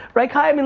right kai, i mean